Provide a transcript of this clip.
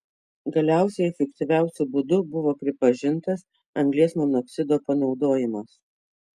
galiausiai efektyviausiu būdu buvo pripažintas anglies monoksido panaudojimas